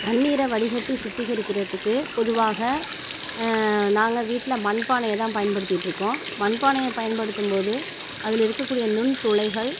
தண்ணீர வடிக்கட்டி சுத்திகரிக்கிறதுக்கு பொதுவாக நாங்கள் வீட்டில் மண்பானையை தான் பயன்படுத்திக்கிட்டிருக்கோம் மண்பானையை பயன்படுத்தும் போது அதில் இருக்கக்கூடிய நுண்துளைகள்